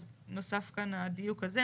אז נוסף כאן הדיון הזה.